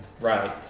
Right